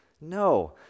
No